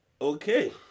okay